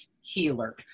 healer